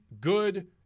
good